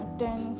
ten